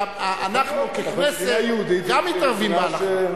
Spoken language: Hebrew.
שאנחנו ככנסת גם מתערבים בהלכה.